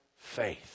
faith